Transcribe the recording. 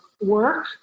work